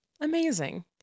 Amazing